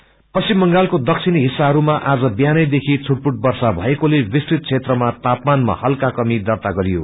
weather पश्चिम बंगालाको दक्षिणी हिस्साहरूमा आज बिहानै देखि छुटपुट र्वषा भएकोले विस्तृत क्षेत्रमा तापमानमा कमी दर्ता गरियो